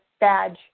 badge